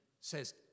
says